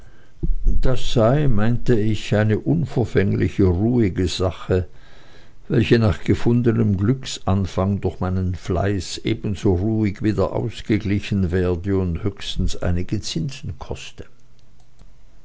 das sei meinte ich eine unverfängliche ruhige sache welche nach gefundenem glücksanfang durch meinen fleiß ebenso ruhig wieder ausgeglichen werde und höchstens einige zinsen koste